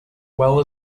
well